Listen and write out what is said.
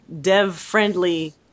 dev-friendly